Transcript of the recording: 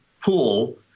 pool